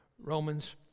Romans